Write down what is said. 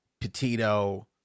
Petito